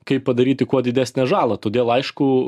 kaip padaryti kuo didesnę žalą todėl aišku